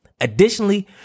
Additionally